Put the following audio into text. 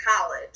college